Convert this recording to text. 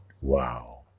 Wow